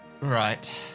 right